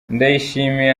ndayishimiye